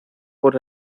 por